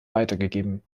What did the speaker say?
weitergegeben